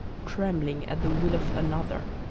trembling at the will of another,